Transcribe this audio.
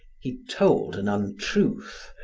he told an untruth,